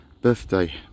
birthday